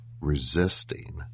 resisting